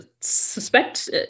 suspect